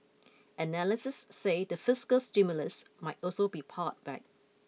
analysts say the fiscal stimulus might also be pared back